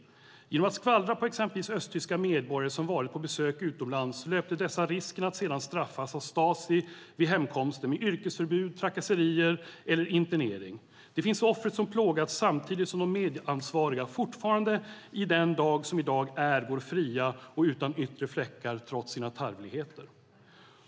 Genom att skvallra på exempelvis östtyska medborgare som varit på besök utomlands löpte dessa risken att sedan straffas av Stasi vid hemkomsten med yrkesförbud, trakasserier eller internering. Det finns offer som plågats samtidigt som de medansvariga fortfarande i den dag som idag är går fria och utan yttre fläckar trots sina tarvligheter."